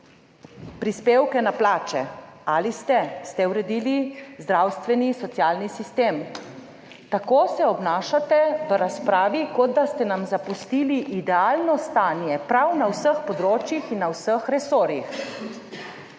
Prispevke na plače? Ali ste? Ste uredili zdravstveni in socialni sistem? Tako se obnašate v razpravi, kot da ste nam zapustili idealno stanje prav na vseh področjih in na vseh resorjih.